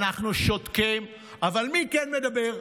אנחנו שותקים, אבל מי כן מדבר?